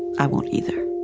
i won't either